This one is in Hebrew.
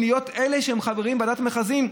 להיות החברים בוועדת מכרזים.